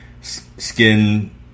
skin